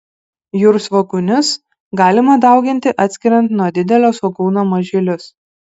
jūrsvogūnius galima dauginti atskiriant nuo didelio svogūno mažylius